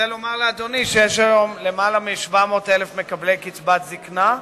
אני רוצה לומר לאדוני שיש היום יותר מ-700,000 מקבלי קצבת זיקנה.